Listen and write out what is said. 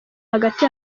hagati